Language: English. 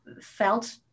felt